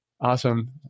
awesome